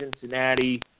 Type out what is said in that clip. Cincinnati